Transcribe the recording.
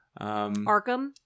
Arkham